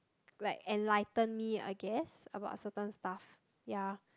like enlighten me I guess about certain stuff ya